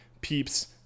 peeps